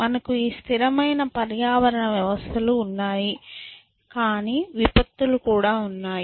మనకు ఈ స్థిరమైన పర్యావరణ వ్యవస్థలు ఉన్నాయి కానీ విపత్తులు కూడా ఉన్నాయి